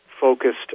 focused